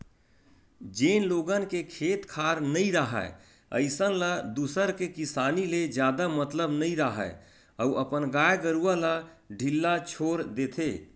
जेन लोगन के खेत खार नइ राहय अइसन ल दूसर के किसानी ले जादा मतलब नइ राहय अउ अपन गाय गरूवा ल ढ़िल्ला छोर देथे